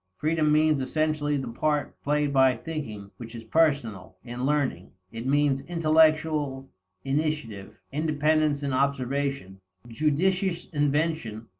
freedom means essentially the part played by thinking which is personal in learning it means intellectual initiative, independence in observation, judicious invention,